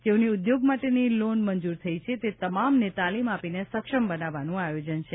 જેઓની ઉદ્યોગ માટેની લોન મંજૂર થઈ છે તે તમામને તાલિમ આપીને સક્ષમ બનાવવાનું આયોજન છે